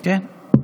כן.